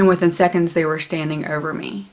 and within seconds they were standing over me